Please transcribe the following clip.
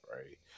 Right